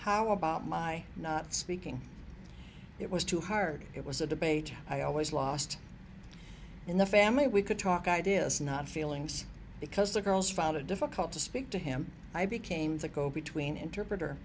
how about my not speaking it was too hard it was a debate i always lost in the family we could talk ideas not feelings because the girls found it difficult to speak to him i became the go between interpreter